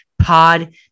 POD